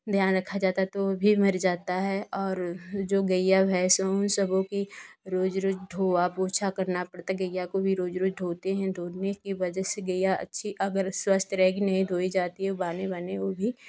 ध्यान रखा जाता है तो वो भी मर जाता है और वो जो गैया भैंस उन सबों की रोज रोज धोया पोंछ करना पड़ता है गइया को भी रोज रोज धोते हैं धोने की वजह से गइया अच्छी अगर स्वस्थ रहेगी नहीं धोई जाती बाने बाने वो भी